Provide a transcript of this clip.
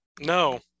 No